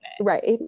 Right